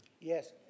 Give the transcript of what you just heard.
Yes